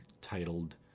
titled